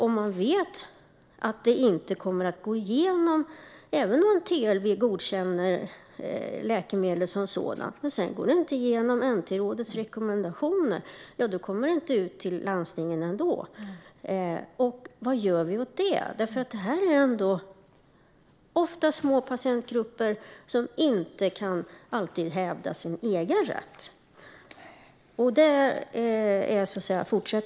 Om läkemedlet inte kommer att ingå bland NT-rådets rekommendationer, fastän det godkänts av TLV, kommer det ju ändå inte ut till landstingen. Vad gör vi åt det? Det handlar ofta om små patientgrupper som inte alltid kan hävda sin egen rätt.